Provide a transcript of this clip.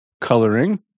coloring